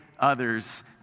others